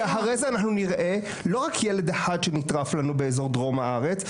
כי אחרי זה אנחנו נראה לא רק ילד אחד שנטרף לנו באזור דרום הארץ,